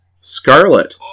Scarlet